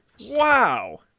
Wow